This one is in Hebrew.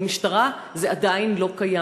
במשטרה זה עדיין לא קיים.